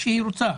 כשהיא רוצה.